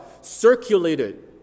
circulated